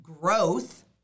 growth